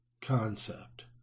concept